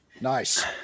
Nice